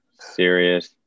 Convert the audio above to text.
serious